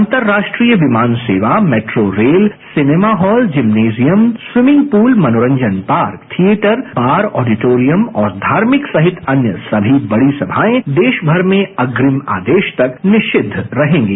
अंतरराष्ट्रीय विमान सेवा metro rail cinema hall gymnasium swimming pool मनोरंजन पार्क थियेटर बार ऑडिटोरियम और धार्मिक सहित अन्य सभी बड़ी सभाएं देशभर में अग्रिम आदेश तक निषिद्ध रहेंगे